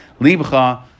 Libcha